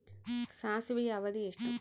ಸಾಸಿವೆಯ ಅವಧಿ ಎಷ್ಟು?